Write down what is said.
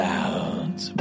out